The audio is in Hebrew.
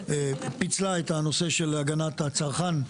היא פיצלה את הנושא של הגנת הצרכן,